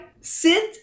sit